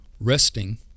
resting